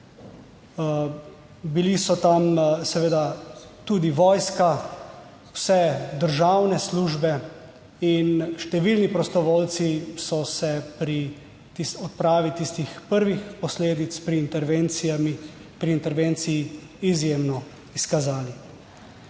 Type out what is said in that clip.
bili so tam seveda tudi vojska, vse državne službe in številni prostovoljci so se pri odpravi tistih prvih posledic pri intervencijah, pri